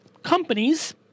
Companies